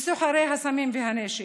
בסוחרי הסמים והנשק?